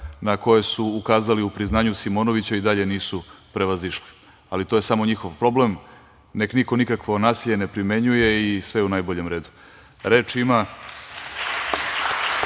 na koje su ukazali u priznanju Simonovića i dalje nisu prevazišli. Ali, to je samo njihov problem, nek niko nikakvo nasilje ne primenjuje i sve je u najboljem redu. Reč ima